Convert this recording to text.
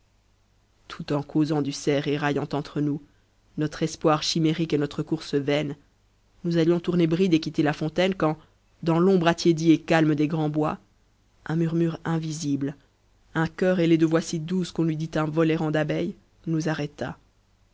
tout en causant du cerf et raillant entre nous notre espoir chimérique et notre course vaine se nous allions tourner bride et quitter la fontaine quand dans l'ombre attiédie et calme des grands bois un murmure invisible un chœur ailé de voix si douces qu'on eût dit un vol errant d'abeille nous arrêta